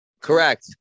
Correct